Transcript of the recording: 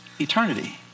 eternity